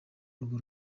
urwo